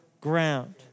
ground